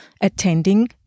attending